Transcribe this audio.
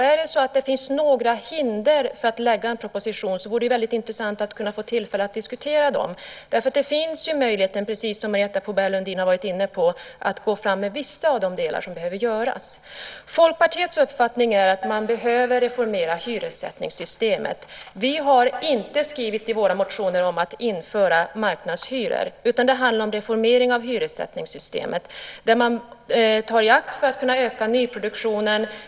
Är det så att det finns några hinder för att lägga fram en proposition vore det väldigt intressant att få tillfälle att diskutera dem, därför att möjligheten finns, precis som Marietta de Pourbaix-Lundin har varit inne på, att gå fram med vissa av de delar som behöver åtgärdas. Folkpartiets uppfattning är att man behöver reformera hyressättningssystemet. Vi har inte skrivit något i våra motioner om att införa marknadshyror utan det handlar om reformering av hyressättningssystemet i akt och mening att öka nyproduktionen.